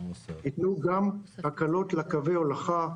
יתנו גם הקלות לקווי הולכה,